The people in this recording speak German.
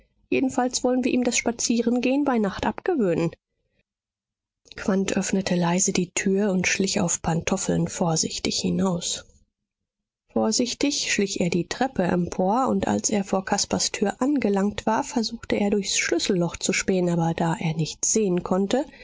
jedenfalls wollen wir ihm das spazierengehen bei nacht abgewöhnen quandt öffnete leise die tür und schlich auf pantoffeln vorsichtig hinaus vorsichtig schlich er die treppe empor und als er vor caspars tür angelangt war versuchte er durchs schlüsselloch zu spähen aber da er nichts sehen konnte